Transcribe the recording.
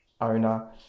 owner